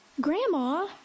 Grandma